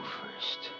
first